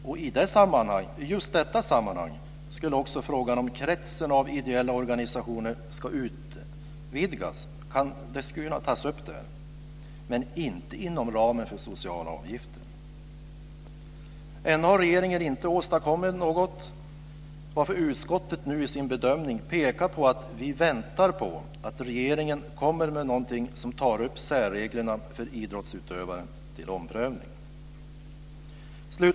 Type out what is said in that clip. Och i just detta sammanhang skulle man också ta upp frågan om huruvida kretsen av ideella organisationer ska utvidgas, men inte inom ramen för socialavgifter. Ännu har regeringen inte åstadkommit något, varför utskottet i sin bedömning pekar på att man väntar på att regeringen kommer med ett förslag där särreglerna för idrottsutövare tas upp till omprövning.